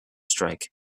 strike